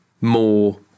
more